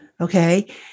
okay